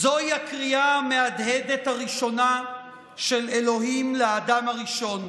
זוהי הקריאה המהדהדת הראשונה של אלוהים לאדם הראשון.